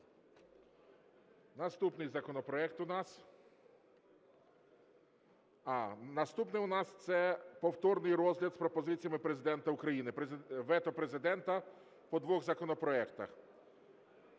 Наступний законопроект у нас… А наступний у нас - це повторний розгляд з пропозиціями Президента України, вето Президента по двох законопроектах.